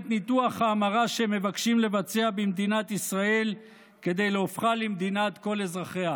ניתוח ההמרה שהם מבקשים לבצע במדינת ישראל כדי להופכה למדינת כל אזרחיה.